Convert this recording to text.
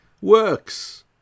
works